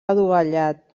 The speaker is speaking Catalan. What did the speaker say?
adovellat